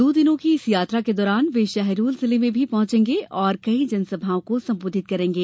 दो दिनों की इस यात्रा के दौरान वे शहडोल जिले में भी पहुंचेंगे और कई जन सभाओं को संबोधित करेंगे